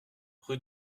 rue